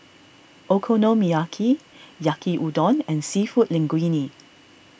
Okonomiyaki Yaki Udon and Seafood Linguine